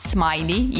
Smiley